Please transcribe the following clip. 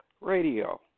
Radio